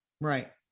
Right